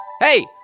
Hey